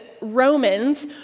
Romans